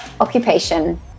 occupation